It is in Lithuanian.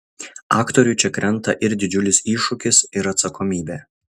aktoriui čia krenta ir didžiulis iššūkis ir atsakomybė